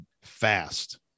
Fast